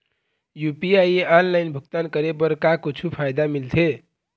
UPI online भुगतान करे बर का कुछू फायदा मिलथे?